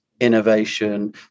innovation